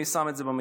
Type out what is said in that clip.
מי שם את זה במגרה?